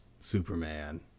Superman